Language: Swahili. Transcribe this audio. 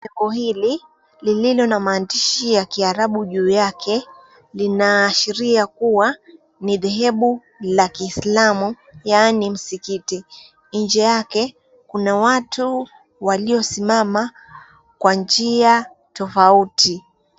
Jengo hili lililo na maandishi ya Kiarabu juu yake, linaashiria kuwa ni dhehebu la Kiislamu yaani msikiti. Nje yake kuna watu waliosimama kwa njia tofauti.